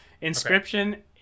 Inscription